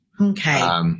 Okay